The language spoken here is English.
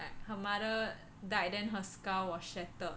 that her mother died then her skull was shattered